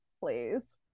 please